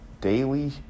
daily